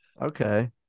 Okay